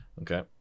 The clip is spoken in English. Okay